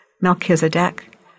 Melchizedek